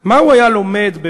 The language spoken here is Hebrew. מה הוא היה לומד שם?